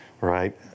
right